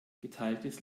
geteiltes